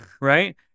Right